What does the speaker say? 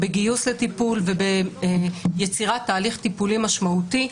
בגיוס לטיפול וביצירת תהליך טיפולי משמעותי.